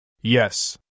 Yes